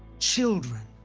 children.